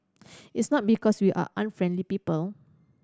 it's not because we are unfriendly people